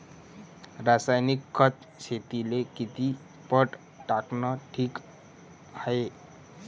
रासायनिक खत शेतीले किती पट टाकनं ठीक हाये?